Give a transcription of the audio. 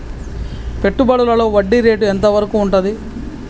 పెట్టుబడులలో వడ్డీ రేటు ఎంత వరకు ఉంటది?